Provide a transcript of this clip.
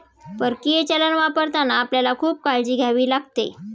परकीय चलन वापरताना आपल्याला खूप काळजी घ्यावी लागेल